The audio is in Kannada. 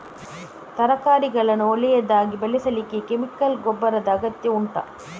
ತರಕಾರಿಗಳನ್ನು ಒಳ್ಳೆಯದಾಗಿ ಬೆಳೆಸಲಿಕ್ಕೆ ಕೆಮಿಕಲ್ ಗೊಬ್ಬರದ ಅಗತ್ಯ ಉಂಟಾ